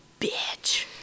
bitch